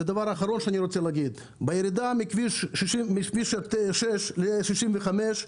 בירידה מכביש 6 ל-65,